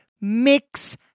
Mix